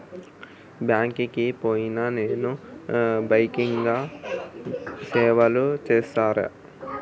Bank కి పోయిన non banking సేవలు చేస్తరా?